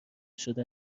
شده